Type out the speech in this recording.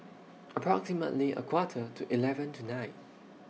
approximately A Quarter to eleven tonight